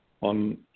on